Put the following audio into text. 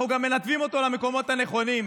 אנחנו גם מנתבים אותו למקומות הנכונים.